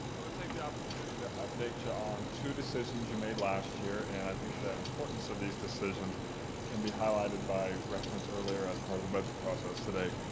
i will take the opportunity to update you on two decisions you made last year, and i think the importance of these decisions can be highlighted by reference earlier as part of the budget process today,